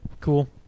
cool